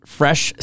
fresh